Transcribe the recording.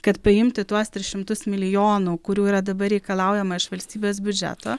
kad paimti tuos tris šimtus milijonų kurių yra dabar reikalaujama iš valstybės biudžeto